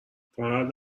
فقط